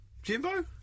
Jimbo